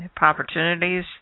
opportunities